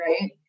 right